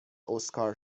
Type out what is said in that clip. اسکار